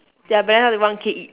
ya balanced out to be one K each